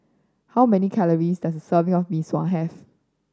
how many calories does a serving of Mee Sua have